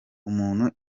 umuntu